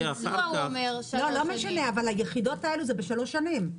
לא משנה, אבל היחידות האלה הן בשלוש שנים.